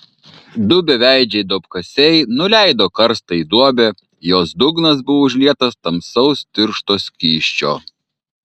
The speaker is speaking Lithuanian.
du beveidžiai duobkasiai nuleido karstą į duobę jos dugnas buvo užlietas tamsaus tiršto skysčio